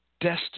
destiny